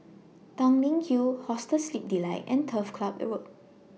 Tanglin Hill Hostel Sleep Delight and Turf Club Road